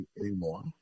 anymore